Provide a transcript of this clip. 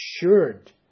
assured